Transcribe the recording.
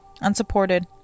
unsupported